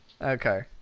Okay